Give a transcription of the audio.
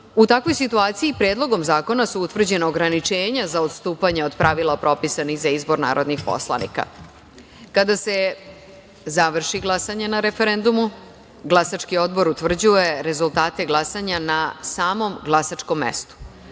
u takvoj situaciji predlogom zakona su utvrđena ograničenja za odstupanje od pravila propisanih za izbor narodnih poslanika. Kada se završi glasanje na referendumu glasački odbor utvrđuje rezultate glasanja na samom glasačkom mestu.